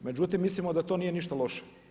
Međutim, mislimo da to nije ništa loše.